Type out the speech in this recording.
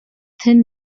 thin